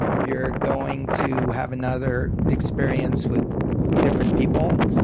you're going to have another experience with different people,